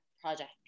project